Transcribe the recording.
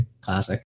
classic